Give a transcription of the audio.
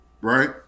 right